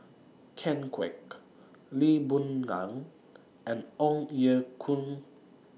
Ken Kwek Lee Boon Ngan and Ong Ye Kung